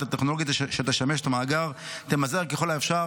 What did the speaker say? הטכנולוגית שתשמש את המאגר תמזער ככל האפשר,